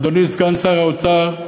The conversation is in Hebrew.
אדוני סגן שר האוצר,